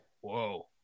whoa